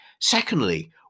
secondly